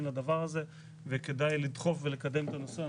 לדבר הזה וכדאי לדחוף ולקדם את הנושא.